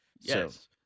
Yes